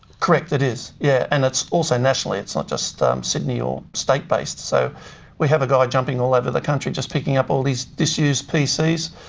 correct, it is, yes, yeah and it's also nationally, it's not just um sydney or state based. so we have a guy jumping all over the country just picking up all these disused pc's,